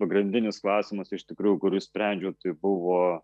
pagrindinis klausimas iš tikrųjų kuris sprendžiau tai buvo